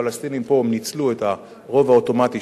הפלסטינים פה ניצלו את הרוב האוטומטי